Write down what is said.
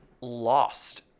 lost